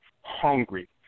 hungry